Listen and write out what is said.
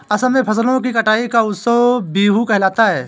असम में फसलों की कटाई का उत्सव बीहू कहलाता है